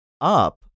Up